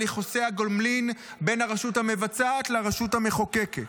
יחסי הגומלין בין הרשות המבצעת לרשות המחוקקת.